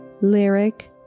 Lyric